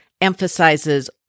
emphasizes